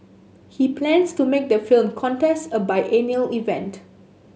he plans to make the film contest a biennial event